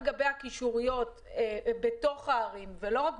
בעניין הקישוריות בתוך הערים ולא רק